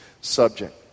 subject